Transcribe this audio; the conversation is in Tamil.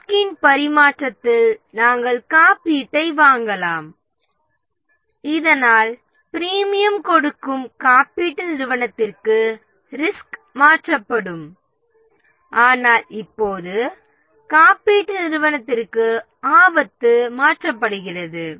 ரிஸ்கின் பரிமாற்றத்தில் நாம் காப்பீட்டை வாங்கலாம் இதனால் பிரீமியம் கொடுக்கும் காப்பீட்டு நிறுவனத்திற்கு ரிஸ்க் மாற்றப்படும் ஆனால் இப்போது காப்பீட்டு நிறுவனத்திற்கு ஆபத்து மாற்றப்படுகிறது